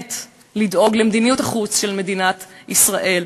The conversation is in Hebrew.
ובאמת לדאוג למדיניות החוץ של מדינת ישראל.